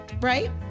right